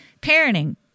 parenting